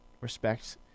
respect